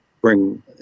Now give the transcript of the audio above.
bring